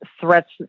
threats